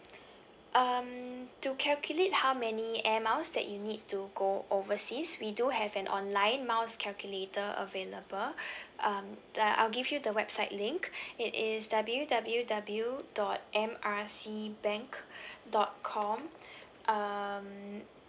um to calculate how many air miles that you need to go overseas we do have an online miles calculator available um uh I'll give you the website link it is W W W dot M R C bank dot com um